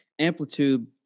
amplitude